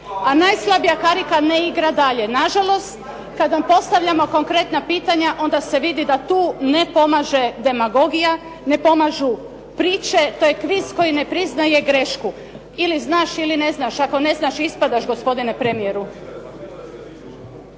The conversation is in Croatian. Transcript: a najslabija karika ne igra dalje. Nažalost, kad vam postavljamo konkretna pitanja onda se vidi da tu ne pomaže demagogija, ne pomažu priče. To je kviz koji ne priznaje grešku, ili znaš ili ne znaš. Ako ne znaš, ispadaš, gospodine premijeru.